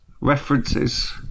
references